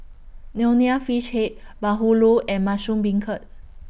Nonya Fish Head Bahulu and Mushroom Beancurd